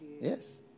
Yes